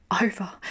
over